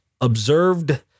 observed